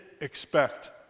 expect